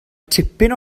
tipyn